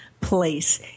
place